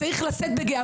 ואני חייבת לומר עוד פעם,